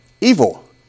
evil